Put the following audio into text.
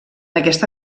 aquesta